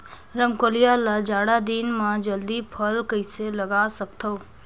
रमकलिया ल जाड़ा दिन म जल्दी फल कइसे लगा सकथव?